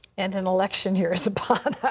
and an election year is upon